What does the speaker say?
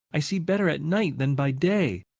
i see better at night than by day.